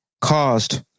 caused